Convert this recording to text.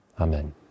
Amen